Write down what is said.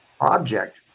object